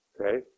okay